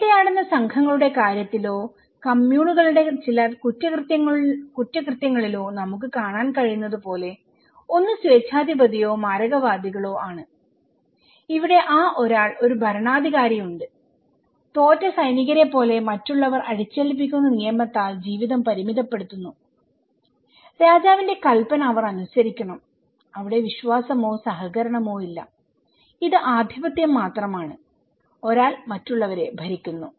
വേട്ടയാടുന്ന സംഘങ്ങളുടെ കാര്യത്തിലോ കമ്മ്യൂണുകളുടെ ചില കുറ്റകൃത്യങ്ങളിലോ നമുക്ക് കാണാൻ കഴിയുന്നതുപോലെ ഒന്ന് സ്വേച്ഛാധിപതിയോ മാരകവാദികളോ ആണ് ഇവിടെ ആ ഒരാൾഒരു ഭരണാധികാരിയുണ്ട് തോറ്റ സൈനികരെപ്പോലെ മറ്റുള്ളവർ അടിച്ചേൽപ്പിക്കുന്ന നിയമത്താൽ ജീവിതം പരിമിതപ്പെടുത്തുന്നു രാജാവിന്റെ കൽപ്പന അവർ അനുസരിക്കണം അവിടെ വിശ്വാസമോ സഹകരണമോ ഇല്ല ഇത് ആധിപത്യം മാത്രമാണ് ഒരാൾ മറ്റുള്ളവരെ ഭരിക്കുന്നു